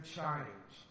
change